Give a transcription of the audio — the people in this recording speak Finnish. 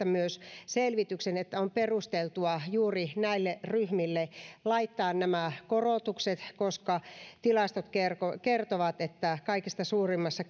myös selvityksen että on perusteltua juuri näille ryhmille laittaa nämä korotukset koska tilastot kertovat kertovat että kaikista suurimmassa